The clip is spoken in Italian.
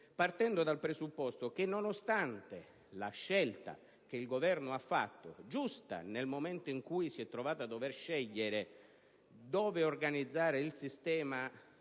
partendo dal presupposto che, nonostante la scelta fatta dal Governo (giusta nel momento in cui si è trovato a dover scegliere dove organizzare il sistema